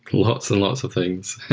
lots and lots of things.